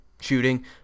shooting